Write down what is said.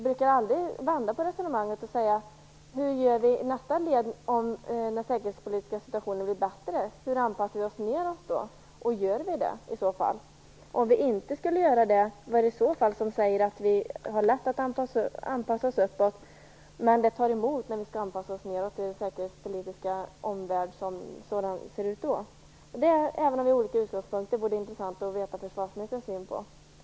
Men man vänder aldrig på resonemanget och säger: Hur gör vi i nästa led om den säkerhetspolitiska situationen blir bättre? Hur anpassar vi oss nedåt? Gör vi det i så fall? Om inte, vad är det som säger att vi har lätt att anpassa oss uppåt men att det tar emot när vi skall anpassa oss nedåt till en förändrad säkerhetspolitisk omvärld? Även om vi har olika utgångspunkter för resonemangen vore det intressant att höra försvarsministerns syn på detta.